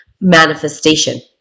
manifestation